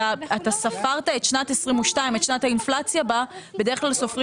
אתה ספרת את שנת 2022 - את שנת האינפלציה בדרך כלל סופרים